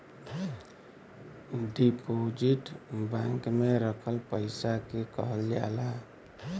deposit bank में रखल पइसा के कहल जाला